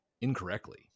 incorrectly